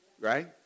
Right